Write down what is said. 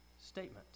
statement